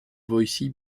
voici